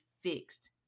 fixed